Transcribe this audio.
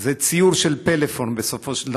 זה ציור של פלאפון, בסופו של דבר,